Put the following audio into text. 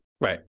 Right